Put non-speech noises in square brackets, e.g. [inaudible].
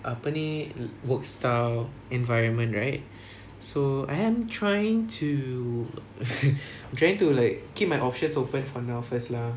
apa ni work style environment right so I am trying to [laughs] trying to like keep my options open for now first lah